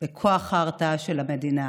בכוח ההרתעה של המדינה.